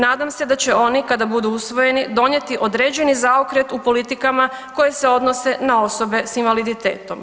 Nadam se da će oni kada budu usvojeni, donijeti određeni zaokret u politikama koje se odnose na osobe sa invaliditetom.